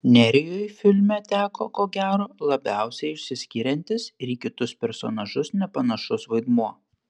nerijui filme teko ko gero labiausiai išsiskiriantis ir į kitus personažus nepanašus vaidmuo